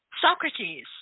Socrates